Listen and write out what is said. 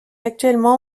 actuellement